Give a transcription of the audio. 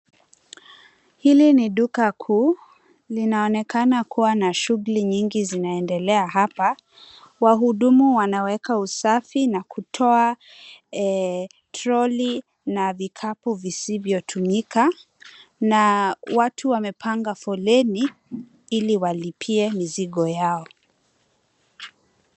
Hili ni duka kuu. Linaonekana kuwa na shughuli nyingi zinaendelea hapa. Wahudumu wanaweka usafi na kutoa toroli na vikapu visivyotumika na watu wamepanga foleni ili walipie mizigo yao.